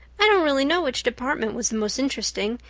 i don't really know which department was the most interesting.